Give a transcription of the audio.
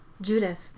Judith